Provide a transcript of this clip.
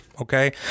Okay